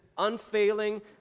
unfailing